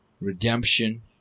Redemption